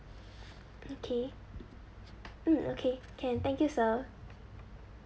okay mm okay can thank you sir